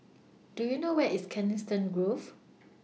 Do YOU know Where IS Coniston Grove